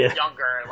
younger